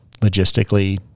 logistically